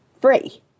free